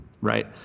right